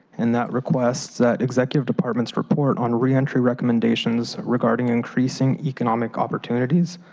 and that requires that executive departments report on reentry recommendations regarding increasing economic opportunities,